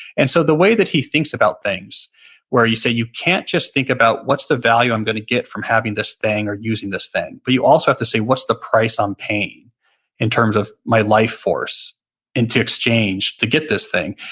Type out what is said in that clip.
and so, the way that he thinks about things where you say you can't just about what's the value i'm going to get from having this thing or using this thing, but you also have to say, what's the price i'm paying in terms of my life force into exchange to get this thing?